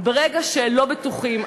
ברגע שלא בטוחים.